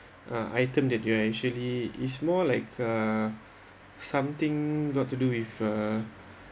uh item that you actually is more like uh something got to do with uh